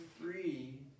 free